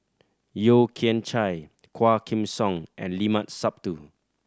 Yeo Kian Chye Quah Kim Song and Limat Sabtu